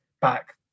back